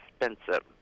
expensive